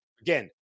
again